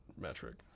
metric